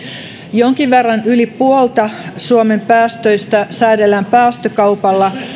jonkin verran yli puolta suomen päästöistä säädellään päästökaupalla